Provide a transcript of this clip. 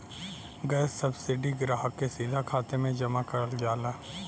gas subsidy ग्राहक के सीधा खाते में जमा करल जाला